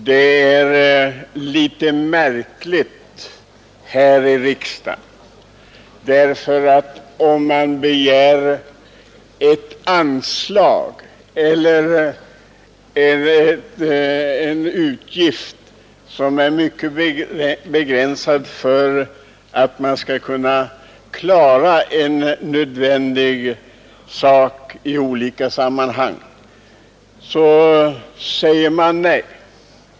Det är märkligt här i riksdagen: om man begär ett anslag för att klara en nödvändig utgift, så får man sin begäran avslagen av utskottet.